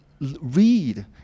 read